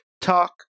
talk